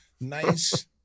nice